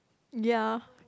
ya